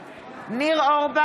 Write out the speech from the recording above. (קוראת בשמות חברי הכנסת) ניר אורבך,